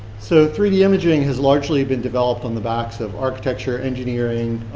so, three d imaging has largely been developed on the backs of architecture, engineering,